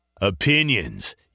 Opinions